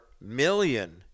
million